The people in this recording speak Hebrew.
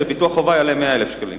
שביטוח חובה יעלה 100,000 שקלים.